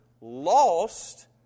lost